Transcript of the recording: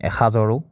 এসাঁজৰো